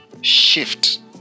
shift